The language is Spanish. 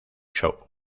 show